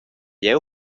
jeu